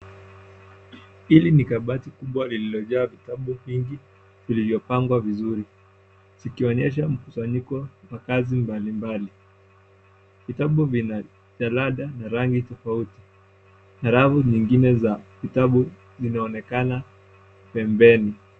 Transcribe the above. Hili ni kabati kubwa lililojaa vitabu vingi vilivyopangwa vizuri zikionyesha mkusanyiko wa kazi mbalimbali. Vitabu vina jalada za rangi tofauti, na rafu nyingine za vitabu zinaonekana pembeni.